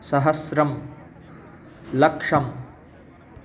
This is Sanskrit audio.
सहस्रं लक्षं